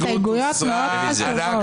הצבעה ההסתייגות לא התקבלה.